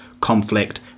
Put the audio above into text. conflict